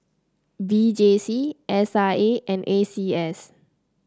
V J C S I A and A C S